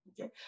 okay